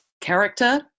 character